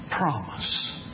promise